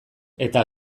eta